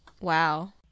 Wow